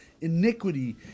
iniquity